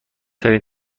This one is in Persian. ترین